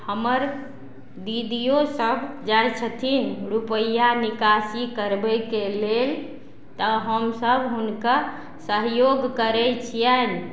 हमर दीदियो सब जाइ छथिन रुपैआ निकासी करबयके लेल तऽ हमसब हुनका सहयोग करय छियनि